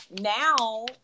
Now